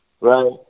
right